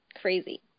Crazy